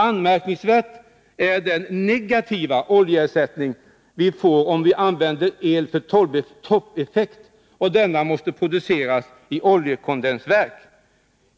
Anmärkningsvärd är den negativa oljeersättningsfaktor vi får, om vi använder el för toppeffekt och denna måste produceras i oljekondensverk.